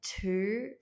two